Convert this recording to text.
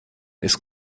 ist